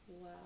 Wow